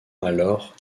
alors